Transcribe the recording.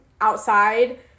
outside